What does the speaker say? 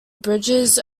bridges